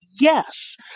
yes